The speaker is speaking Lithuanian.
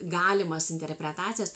galimas interpretacijas